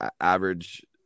average